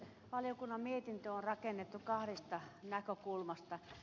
valiokunnan mietintö on rakennettu kahdesta näkökulmasta